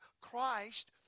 Christ